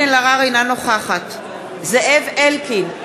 אינה נוכחת זאב אלקין,